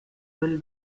will